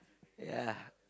ya